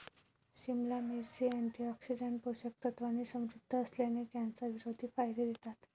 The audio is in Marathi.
सिमला मिरची, अँटीऑक्सिडंट्स, पोषक तत्वांनी समृद्ध असल्याने, कॅन्सरविरोधी फायदे देतात